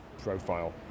profile